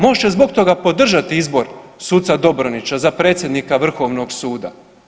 Možda će zbog toga podržati izbor suca Dobronić za predsjednika vrhovnog suda.